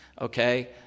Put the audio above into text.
okay